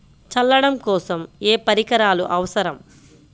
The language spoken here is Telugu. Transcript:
చల్లడం కోసం ఏ పరికరాలు అవసరం?